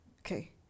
Okay